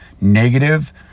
negative